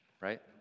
right